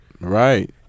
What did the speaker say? Right